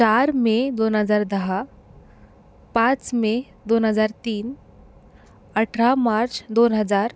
चार मे दोन हजार दहा पाच मे दोन हजार तीन अठरा मार्च दोन हजार